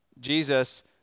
Jesus